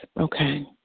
Okay